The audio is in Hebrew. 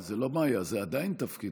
זה לא מה היה, זה עדיין תפקידו.